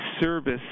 service